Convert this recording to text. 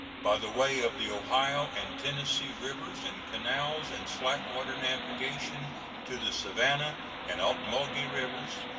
by the way of the ohio and tennessee rivers, and canals and slack-water navigation to the savannah and ocmulgee rivers,